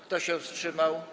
Kto się wstrzymał?